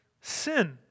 sin